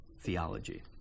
theology